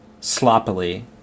sloppily